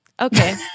Okay